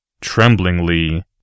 tremblingly